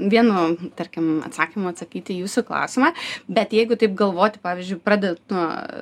vienu tarkim atsakymu atsakyti į jūsų klausimą bet jeigu taip galvoti pavyzdžiui pradedant nuo